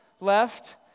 left